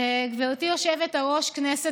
כי זו השיטה,